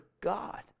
God